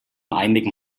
einigen